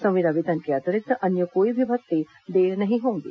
संविदा वेतन के अतिरिक्त अन्य कोई भी भत्ते देय नहीं होंगे